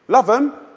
love them.